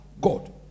God